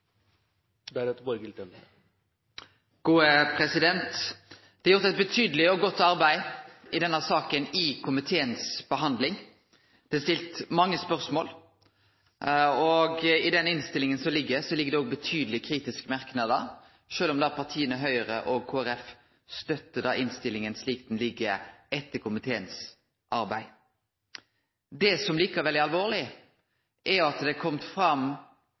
stilt mange spørsmål, og i den innstillinga som ligg føre, ligg det òg betydelege kritiske merknader, sjølv om partia Høgre og Kristeleg Folkeparti støttar innstillinga slik ho ligg etter komiteens arbeid. Det som likevel er alvorleg, er at det er kome fram